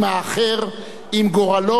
עם גורלו ומצוקתו.